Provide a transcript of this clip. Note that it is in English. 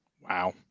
Wow